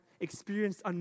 experienced